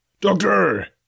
Doctor